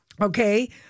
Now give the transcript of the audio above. Okay